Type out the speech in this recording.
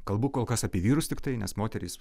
kalbu kol kas apie vyrus tiktai nes moterys